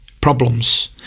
problems